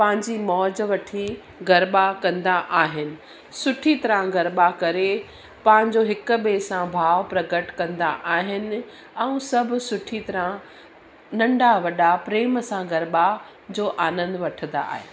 पंहिंजी मौज वठी गरबा कंदा आहिनि सुठी तरह गरबा करे पंहिंजो हिक ॿिए सां भाव प्रकट कंदा आहिनि ऐं सभु सुठी तरह नंढा वॾा प्रेम सां गरबा जो आनंदु वठंदा आहिनि